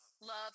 love